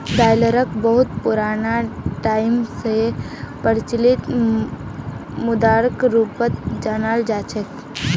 डालरक बहुत पुराना टाइम स प्रचलित मुद्राक रूपत जानाल जा छेक